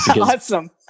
Awesome